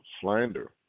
slander